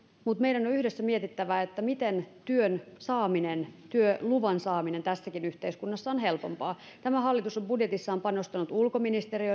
mutta meidän on yhdessä mietittävä miten työn saaminen työluvan saaminen tässäkin yhteiskunnassa on helpompaa tämä hallitus on budjetissaan panostanut ulkoministeriön